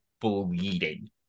bleeding